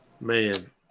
Man